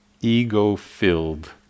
ego-filled